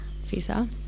visa